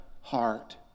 heart